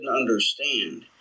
understand